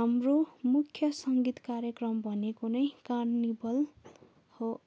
हाम्रो मुख्य सङ्गीत कार्यक्रम भनेको नै कार्निभल हो